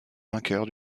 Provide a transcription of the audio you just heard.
vainqueur